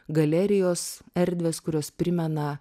galerijos erdvės kurios primena